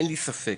אין לי בכך ספק.